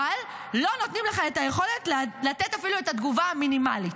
אבל לא נותנים לך את היכולת לתת אפילו את התגובה המינימלית.